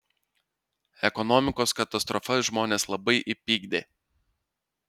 ekonomikos katastrofa žmones labai įpykdė